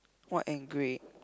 white and grey